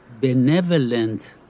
benevolent